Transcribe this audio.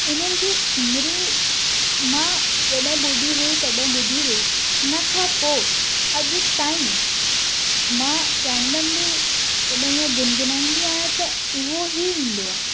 उन्हनि जी ठुमरी मां जॾहिं ॿुधी हुई तॾहिं ॿुधी हुई हुन खां पोइ अॼु ताईं मां रेंडम्ली कॾहिं ईअं गुनगुनाईंदी आहियां त उहो ई ईंदो आहे